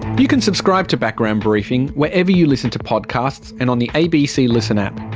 you can subscribe to background briefing wherever you listen to podcasts, and on the abc listen app.